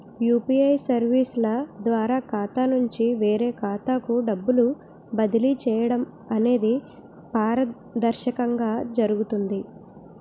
UPA సర్వీసుల ద్వారా ఖాతా నుంచి వేరే ఖాతాకు డబ్బులు బదిలీ చేయడం అనేది పారదర్శకంగా జరుగుతుంది